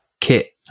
kit